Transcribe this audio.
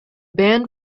band